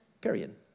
period